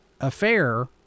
affair